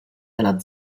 dalla